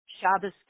Shabbos